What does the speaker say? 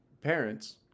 parents